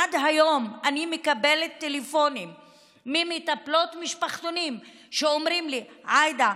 עד היום אני מקבלת טלפונים ממטפלות משפחתונים שאומרות לי: עאידה,